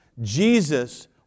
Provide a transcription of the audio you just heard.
Jesus